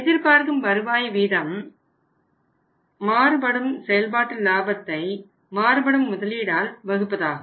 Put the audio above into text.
எதிர்பார்க்கும் வருவாய் வீதம் மாறுபடும் செயல்பாட்டு லாபத்தை மாறுபடும் முதலீடால் வகுப்பதாகும்